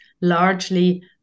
largely